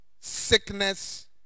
sickness